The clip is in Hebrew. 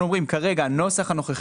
אנחנו רק אומרים שהנוסח הנוכחי